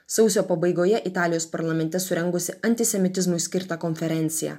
sausio pabaigoje italijos parlamente surengusi antisemitizmui skirtą konferenciją